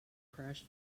crash